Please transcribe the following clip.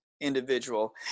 individual